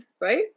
right